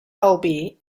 elbe